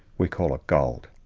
we call it gold.